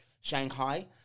shanghai